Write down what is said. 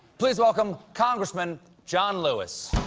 please welcome congressman john lewis!